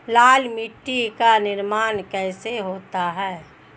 लाल मिट्टी का निर्माण कैसे होता है?